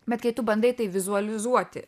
bet kai tu bandai tai vizualizuoti